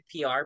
PR